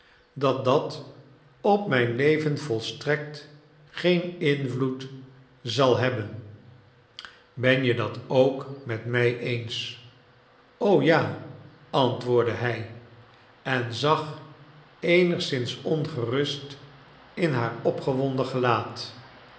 dat dat op mijn leven volstrekt geen invloed zal hebben ben je dat ook met mij eens o ja antwoordde hij en zag eenigszins ongerust in haar opgewonden gelaat